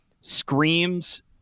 screams